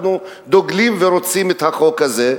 אנחנו דוגלים ורוצים את החוק הזה.